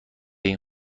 این